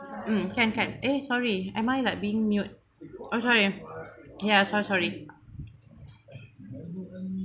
mm can can eh sorry am I like being mute oh sorry ya so sorry